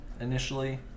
initially